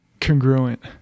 congruent